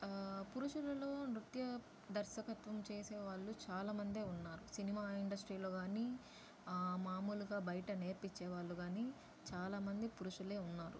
పురుషులులో నృత్య దర్శకత్వం చేసే వాళ్ళు చాలామందే ఉన్నారు సినిమా ఇండస్ట్రీలో గానీ మామూలుగా బయట నేర్పించే వాళ్ళు కానీ చాలామంది పురుషులే ఉన్నారు